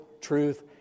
truth